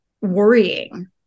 worrying